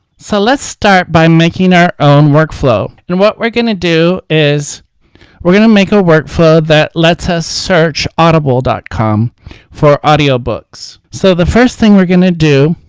so let's start by making our own workflow. and what we're going to do is we're going to make a workflow that let's us search audible dot com for audiobooks. so the first thing we're going to do